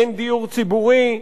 אין דיור ציבורי,